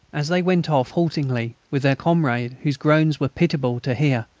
as they went off haltingly with their comrade, whose groans were pitiable to hear,